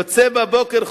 יוצא בבוקר,